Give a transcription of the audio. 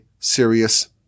serious